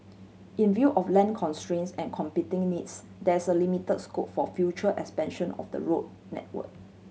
in view of land constraints and competing needs there is a limit scope for future expansion of the road network